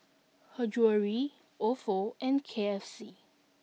her Jewellery Ofo and K F C